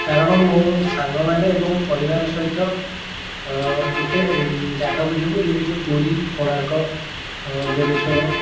କାରଣ ମୁଁ ସାଙ୍ଗମାନେ ଏବଂ ପରିବାର ସହିତ ଗୋଟେ ଜାଗାକୁ ଯିବୁ ଯେଉଁଠିକି ପୁରୀ କୋଣାର୍କ ବାଲେଶ୍ୱର